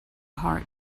heart